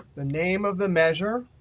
the name of the measure,